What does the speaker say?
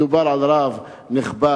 מדובר על רב נכבד.